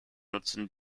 nutzen